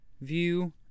view